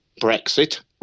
Brexit